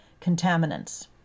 contaminants